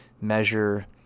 measure